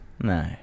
no